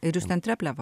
ir jūs ten treplevą